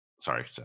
Sorry